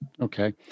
Okay